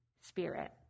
spirit